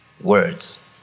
Words